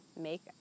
make